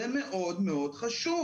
זה מאוד מאוד חשוב,